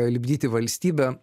lipdyti valstybę